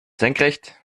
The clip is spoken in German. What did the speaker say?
senkrecht